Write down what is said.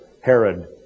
Herod